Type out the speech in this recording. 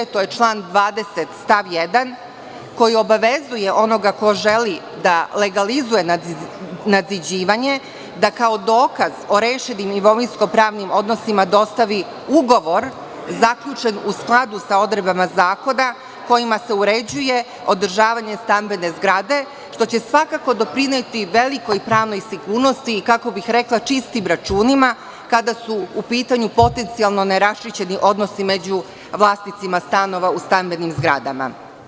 To je član 20. stav 1. koji obavezuje onoga ko želi da legalizuje nadziđivanje, da kao dokaz o rešenim imovinsko-pravnim odnosima dostavi ugovor zaključen u skladu sa odredbama zakona kojima se uređuje održavanje stambene zgrade, što će svakako doprineti velikoj pravnoj sigurnosti i čistim računima kada su u pitanju potencijalno neraščišćeni odnosi među vlasnicima stanova u stambenim zgradama.